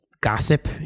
gossip